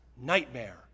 nightmare